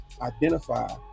identify